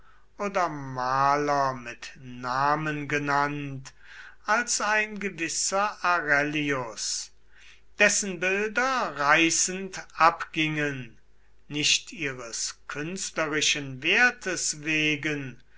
oder maler mit namen genannt als ein gewisser arellius dessen bilder reißend abgingen nicht ihres künstlerischen wertes wegen